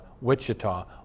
Wichita